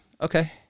okay